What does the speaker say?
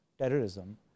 terrorism